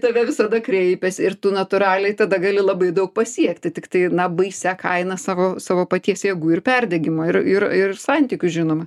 tave visada kreipiasi ir tu natūraliai tada gali labai daug pasiekti tiktai na baisia kaina savo savo paties jėgų ir perdegimo ir ir ir santykių žinoma